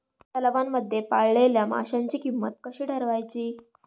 तलावांमध्ये पाळलेल्या माशांची किंमत कशी ठरवायची?